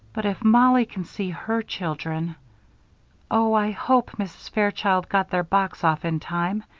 but if mollie can see her children oh, i hope mrs. fairchild got their box off in time.